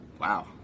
Wow